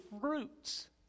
fruits